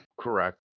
Correct